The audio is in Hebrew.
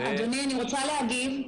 אדוני, אני רוצה להגיב.